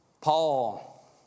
Paul